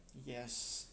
yes